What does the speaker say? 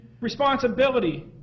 responsibility